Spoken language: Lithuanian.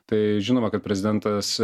tai žinoma kad prezidentas